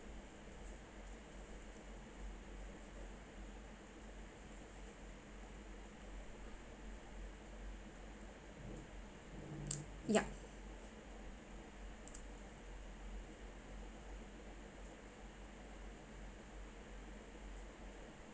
yup